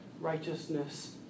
righteousness